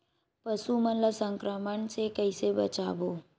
पशु मन ला संक्रमण से कइसे बचाबो?